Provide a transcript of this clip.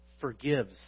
forgives